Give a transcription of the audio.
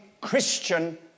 Christian